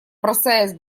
бросаясь